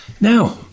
Now